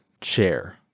chair